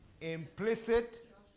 Implicit